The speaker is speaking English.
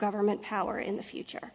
government power in the future